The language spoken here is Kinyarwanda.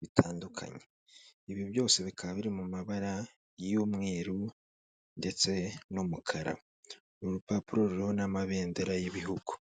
bitandukanye, ibi byose bikaba biri mu mabara y'umweru ndetse n'umukara, uru rupapuro ruriho n'amabendera y'ibihugu.